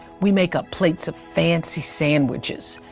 we make up plates of fancy sandwiches.